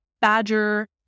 Badger